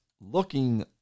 looking